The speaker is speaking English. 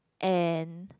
and